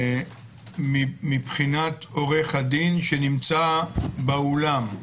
מבחינת עורך הדין שנמצא באולם.